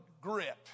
grit